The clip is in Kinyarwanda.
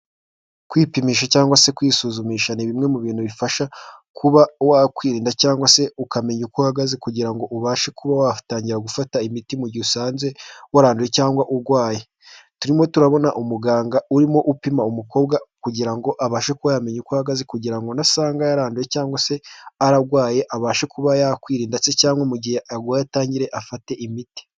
Kwipimisha cyangwa se kwisuzumisha, ni bimwe mu bintu bifasha kuba wakwirinda cyangwa se ukamenya uko uhagaze kugira ngo ubashe kuba watangira gufata imiti mu gihe usanze wuranduye cyangwa urwaye. Turimo turabona umuganga urimo upima umukobwa kugira ngo abashe kumenya uko ahagaze, kugira ngo nasanga yaranze cyangwa se arwaye abashe kuba yakwirinda ndetse cyangwa mu gihe arwaye atangire afate imiti.